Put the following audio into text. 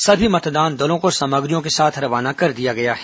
सभी मतदान दलों को सामग्रियों के साथ रवाना कर दिया गया है